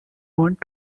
want